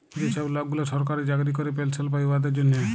যে ছব লকগুলা সরকারি চাকরি ক্যরে পেলশল পায় উয়াদের জ্যনহে